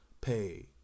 pay